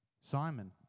Simon